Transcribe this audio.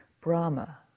Brahma